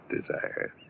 desires